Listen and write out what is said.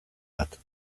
bat